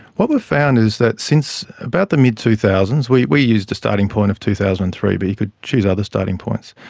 what we've found is that since about the mid two thousand s, we used a starting point of two thousand and three but you could choose other starting points,